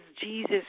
Jesus